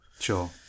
Sure